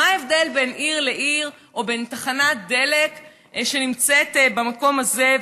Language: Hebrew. מה ההבדל בין עיר לעיר או בין תחנת דלק שנמצאת במקום הזה,